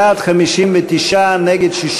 בעד, 59, נגד,